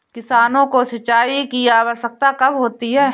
किसानों को सिंचाई की आवश्यकता कब होती है?